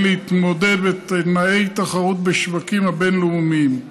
להתמודד בתנאי תחרות בשווקים הבין-לאומיים.